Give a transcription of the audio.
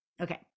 okay